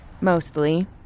mostly